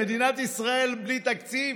מדינת ישראל בלי תקציב?